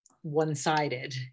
one-sided